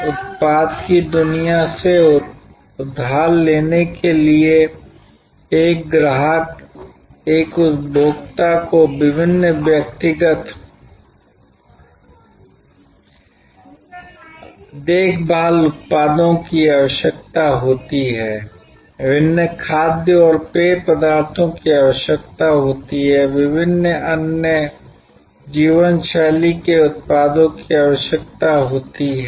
उत्पाद की दुनिया से उधार लेने के लिए एक ग्राहक एक उपभोक्ता को विभिन्न व्यक्तिगत देखभाल उत्पादों की आवश्यकता होती है विभिन्न खाद्य और पेय पदार्थों की आवश्यकता होती है विभिन्न अन्य जीवन शैली के उत्पादों की आवश्यकता होती है